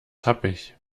tappig